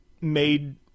made